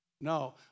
No